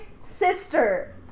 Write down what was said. sister